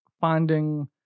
finding